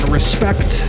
Respect